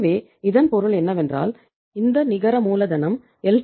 எனவே இதன் பொருள் என்னவென்றால் இந்த நிகர மூலதனம் எல்